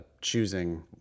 choosing